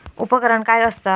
उपकरण काय असता?